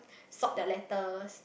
sort their letters